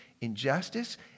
injustice